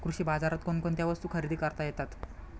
कृषी बाजारात कोणकोणत्या वस्तू खरेदी करता येतात